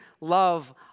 love